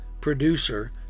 producer